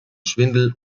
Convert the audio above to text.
schwindel